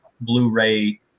Blu-ray